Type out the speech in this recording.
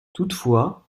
toutefois